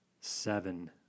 Seven